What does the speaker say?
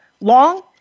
long